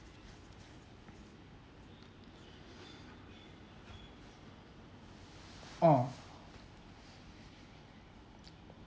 orh